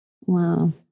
Wow